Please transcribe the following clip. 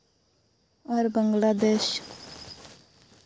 ᱟᱨ Bangladesh